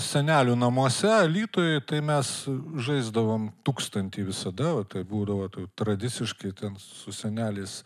senelių namuose alytuj tai mes žaisdavom tūkstantį visada o taip būdavo tų tradiciškai ten su seneliais